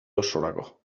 osorako